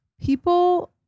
People